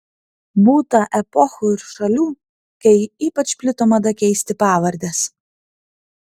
būta epochų ir šalių kai ypač plito mada keisti pavardes